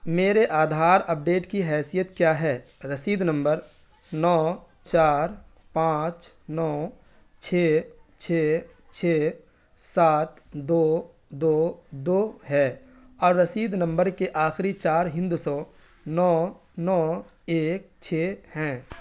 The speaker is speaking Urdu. میرے آدھار اپڈیٹ کی حیثیت کیا ہے رسید نمبر نو چار پانچ نو چھ چھ چھ سات دو دو دو ہے اور رسید نمبر کے آخری چار ہندسوں نو نو ایک چھ ہیں